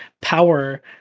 power